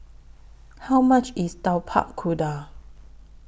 How much IS Tapak Kuda